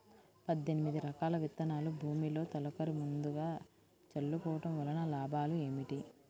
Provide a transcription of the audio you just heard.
పద్దెనిమిది రకాల విత్తనాలు భూమిలో తొలకరి ముందుగా చల్లుకోవటం వలన లాభాలు ఏమిటి?